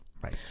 Right